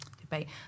debate